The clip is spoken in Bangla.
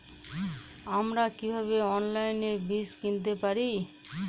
আমরা কীভাবে অনলাইনে বীজ কিনতে পারি?